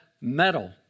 metal